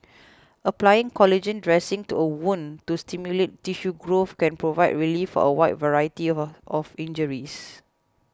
applying collagen dressings to a wound to stimulate tissue growth can provide relief for a wide variety of a of injuries